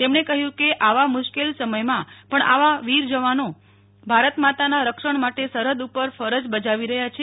તેમણે કહ્યું કે આવા મુશ્કેલ સમયમાં પણ આપણા વીર જવાનો ભારતમાતાના રક્ષણ માટે સરહદ ઉપર ફરજ બજાવી રહ્યા છે